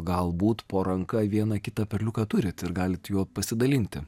galbūt po ranka vieną kitą perliuką turit ir galit juo pasidalinti